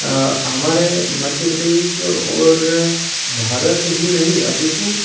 आ हमारे मध्य प्रदेश और भारत ही नहीं अपितु